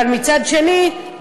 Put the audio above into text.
אבל מצד שני,